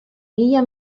mila